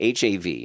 HAV